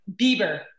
Bieber